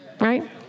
Right